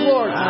Lord